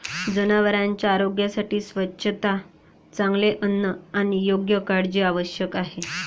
जनावरांच्या आरोग्यासाठी स्वच्छता, चांगले अन्न आणि योग्य काळजी आवश्यक आहे